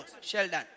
Sheldon